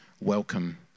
welcome